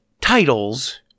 titles